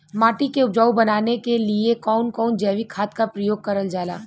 माटी के उपजाऊ बनाने के लिए कौन कौन जैविक खाद का प्रयोग करल जाला?